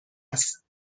است